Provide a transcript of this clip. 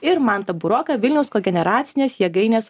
ir mantą buroką vilniaus kogeneracinės jėgainės